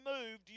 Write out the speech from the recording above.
removed